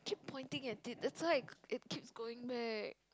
pointing at this that's why is keep going leh